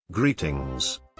Greetings